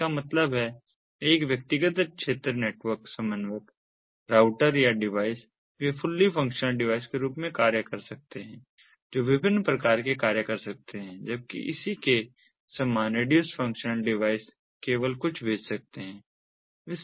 इसका मतलब है एक व्यक्तिगत क्षेत्र नेटवर्क समन्वयक राउटर या डिवाइस वे फुल्ली फंक्शनल डिवाइस के रूप में कार्य कर सकते हैं जो सभी विभिन्न प्रकार के कार्य कर सकते हैं जबकि इसी के समान रेडयूस्ड फंक्शनल डिवाइस केवल कुछ भेज सकते हैं